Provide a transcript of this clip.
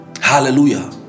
Hallelujah